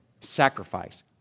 sacrifice